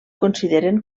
consideren